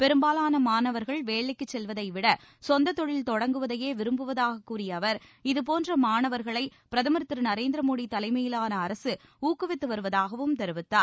பெரும்பாலான மாணவர்கள் வேலைக்குச் செல்வதைவிட சொந்த தொழில் தொடங்குவதையே விரும்புவதாகக் கூறிய அவர் இதுபோன்ற மாணவர்களை பிரதமர் திரு நரேந்திர மோடி தலைமையிலான அரசு ஊக்குவித்து வருவதாகவும் தெரிவித்தார்